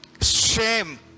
Shame